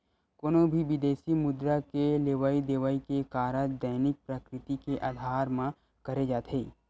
कोनो भी बिदेसी मुद्रा के लेवई देवई के कारज दैनिक प्रकृति के अधार म करे जाथे